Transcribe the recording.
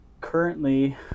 currently